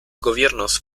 gobiernos